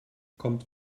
kommt